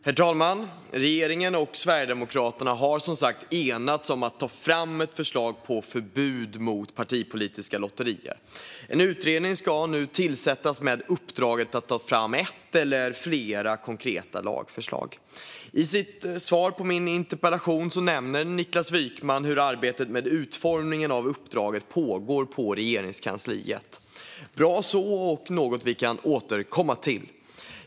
Herr talman! Regeringen och Sverigedemokraterna har, som sagt, enats om att ta fram ett förslag på förbud mot partipolitiska lotterier. En utredning ska nu tillsättas med uppdraget att ta fram ett eller flera konkreta lagförslag. I sitt svar på min interpellation nämner Niklas Wykman hur arbetet med utformningen av uppdraget pågår i Regeringskansliet. Bra så, och det är något vi kan återkomma till.